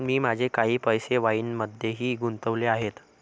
मी माझे काही पैसे वाईनमध्येही गुंतवले आहेत